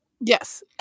Yes